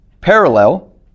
parallel